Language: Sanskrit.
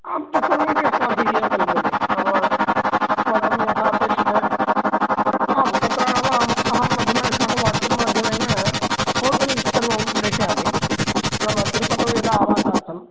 आं तत्सर्वमपि अस्माभिः एव कल्प्यते नाम युष्माकं यथा अपेक्ष्यते आं तत्र नाम अहम् अधुना युष्माकं वाट्सप्माध्यमेन होटेल्स् सर्वमपि प्रेषयामि नाम तिरुपतौ यदा आवासार्थम्